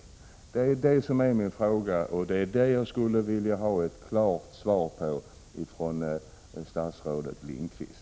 Det är den frågan jag skulle vilja ha ett klart svar på från statsrådet Lindqvist.